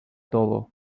todo